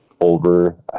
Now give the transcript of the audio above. over